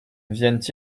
viennent